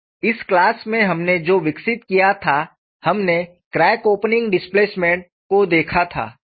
तो इस क्लास में हमने जो विकसित किया था हमने क्रैक ओपनिंग डिस्प्लेसमेंट को देखा था